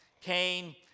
Cain